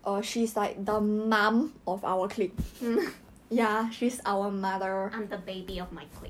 I'm the baby of my clique